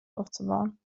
aufzubauen